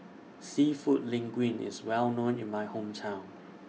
Seafood Linguine IS Well known in My Hometown